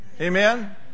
Amen